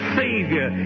savior